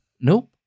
Nope